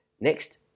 Next